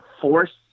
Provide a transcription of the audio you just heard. force